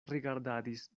rigardadis